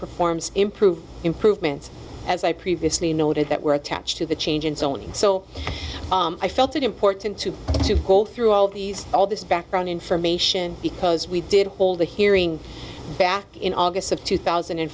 performs improved improvements as i previously noted that were attached to the change in zoning so i felt it important to go through all these all this background information because we did hold a hearing back in august of two thousand